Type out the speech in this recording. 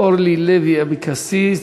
אורלי לוי אבקסיס.